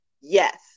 Yes